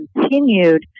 continued